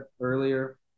earlier